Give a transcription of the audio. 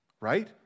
Right